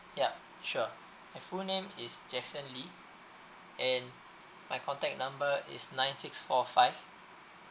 yup sure so my full name is jackson lee and my contact number is nine six four five